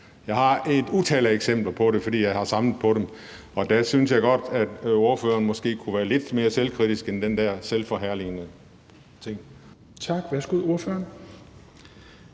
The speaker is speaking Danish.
Jeg har et utal af eksempler på det, fordi jeg har samlet på dem, og der synes jeg godt, at ordføreren måske kunne være lidt mere selvkritisk end den der selvforherligelse.